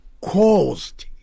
caused